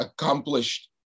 accomplished